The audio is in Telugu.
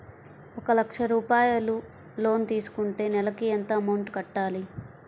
ఒక లక్ష రూపాయిలు లోన్ తీసుకుంటే నెలకి ఎంత అమౌంట్ కట్టాలి?